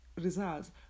results